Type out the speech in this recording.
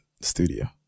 studio